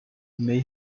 may